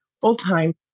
full-time